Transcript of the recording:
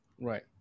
Right